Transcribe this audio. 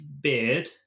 beard